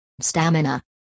Stamina